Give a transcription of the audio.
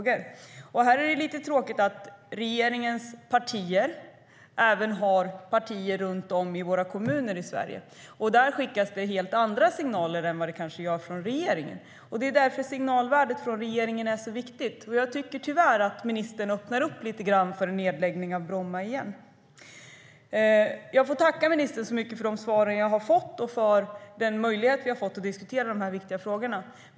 Det är lite tråkigt att de partier som ingår i regeringen runt om i våra kommuner skickar helt andra signaler än de som kanske kommer från regeringen. Det är därför som signalvärdet från regeringen är så viktigt. Tyvärr tycker jag att ministern åter lite grann öppnar upp för en nedläggning av Bromma. Jag tackar ministern så mycket för de svar som jag har fått och för den möjlighet som vi har fått att diskutera dessa viktiga frågor.